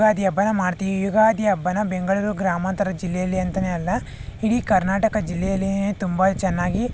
ಯುಗಾದಿ ಹಬ್ಬನ ಮಾಡ್ತೀವಿ ಈ ಯುಗಾದಿ ಹಬ್ಬನ ಬೆಂಗಳೂರು ಗ್ರಾಮಾಂತರ ಜಿಲ್ಲೆಯಲ್ಲಿ ಅಂತಲೇ ಅಲ್ಲ ಇಡೀ ಕರ್ನಾಟಕ ಜಿಲ್ಲೆಯಲ್ಲಿಯೇ ತುಂಬ ಚೆನ್ನಾಗಿ